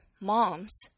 moms